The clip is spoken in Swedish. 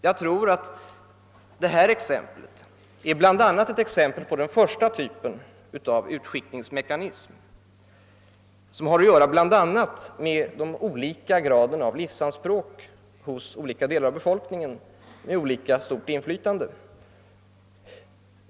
Jag tror att detta utgör ett exempel på den första typen av utskiktningsmekanism som bl.a. har att göra med olika grad av livsanspråk hos skilda delar av befolkningen med möjligheter att mobilisera resurser och olika stort inflytande.